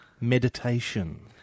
meditation